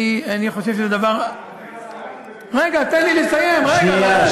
אני חושב שזה דבר, רגע, תן לי לסיים, רגע.